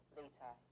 later